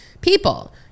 people